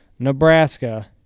nebraska